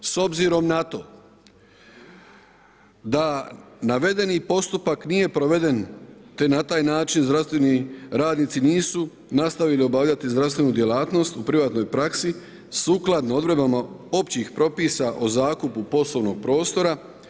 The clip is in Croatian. S obzirom na to da navedeni postupak nije proveden te na taj način zdravstveni radnici nisu nastavili obavljati zdravstvenu djelatnost u privatnoj praksi sukladno odredbama općih propisa o zakupu poslovnog prostora.